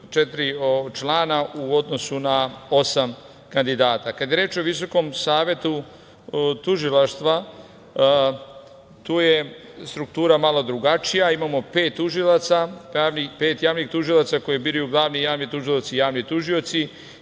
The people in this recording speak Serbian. četiri člana u odnosu na osam kandidata. Kada je reč o Visokom savetu tužilaštva, tu je struktura malo drugačija. Imamo pet javnih tužilaca koje biraju glavni javni tužilac i javni tužioci.